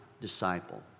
disciple